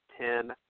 Ten